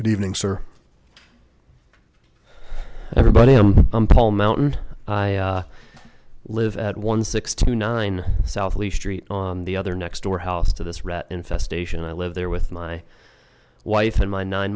good evening sir everybody i'm paul mountain i live at one sixty nine south least three on the other next door house to this rat infestation and i live there with my wife and my nine